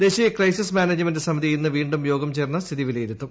ദേശീയ crisis management സമിതി ഇന്ന് വീണ്ടും യോഗം ചേർന്ന് സ്ഥിതി വിലയിരുത്തും